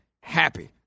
happy